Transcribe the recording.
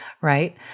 right